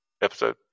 episode